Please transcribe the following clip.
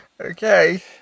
Okay